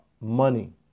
money